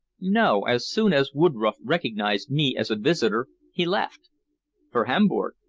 no. as soon as woodroffe recognized me as a visitor he left for hamburg.